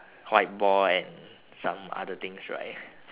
white ball and some other things right